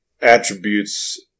attributes